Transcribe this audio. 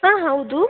ಹಾಂ ಹೌದು